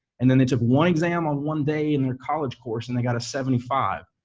and then they took one exam on one day in their college course and they got a seventy five,